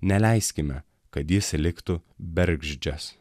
neleiskime kad jis liktų bergždžias